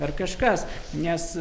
ar kažkas nes